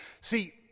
See